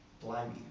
Blimey